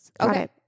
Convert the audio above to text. Okay